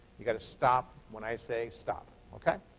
you got to stop when i say stop. ok?